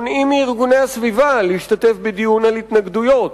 נוסף על כך,